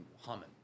humming